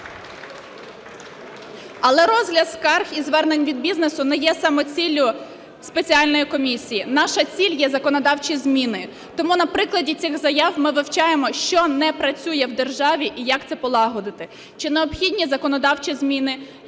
Але розгляд скарг і звернень від бізнесу не є самоціллю спеціальної комісії. Наша ціль є законодавчі зміни. Тому на прикладі цих заяв ми вивчаємо, що не працює в державі і як це полагодити. Чи необхідні законодавчі зміни,